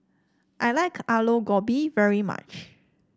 I like Aloo Gobi very much